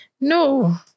no